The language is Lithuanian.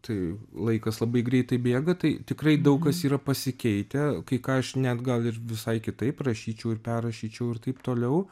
tai laikas labai greitai bėga tai tikrai daug kas yra pasikeitę kai ką aš net gal ir visai kitaip rašyčiau ir perrašyčiau ir taip toliau